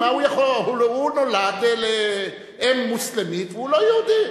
מה הוא יכול הוא נולד לאם מוסלמית והוא לא יהודי,